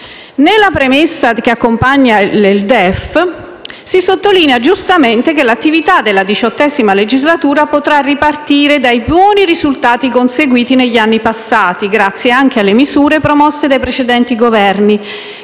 Nella premessa che accompagna il DEF si sottolinea, giustamente, che l'attività della XVIII legislatura potrà ripartire dai buoni risultati conseguiti negli anni passati, grazie anche alle misure promosse dai precedenti Governi